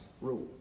rule